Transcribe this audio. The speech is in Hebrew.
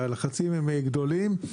והלחצים גדולים.